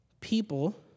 People